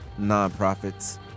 nonprofits